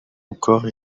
encore